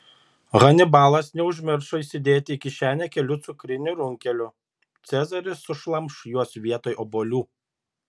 hanibalas neužmiršo įsidėti į kišenę kelių cukrinių runkelių cezaris sušlamš juos vietoj obuolių